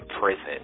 prison